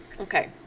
Okay